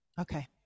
Okay